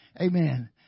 Amen